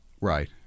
Right